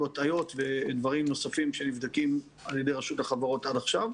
הטעיות ודברים נוספים שנבדקים על ידי רשות החברות עד עכשיו.